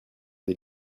des